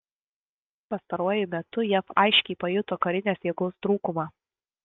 pastaruoju metu jav aiškiai pajuto karinės jėgos trūkumą